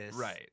Right